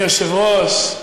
אדוני היושב-ראש,